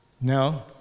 No